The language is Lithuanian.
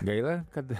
gaila kad